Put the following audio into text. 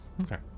Okay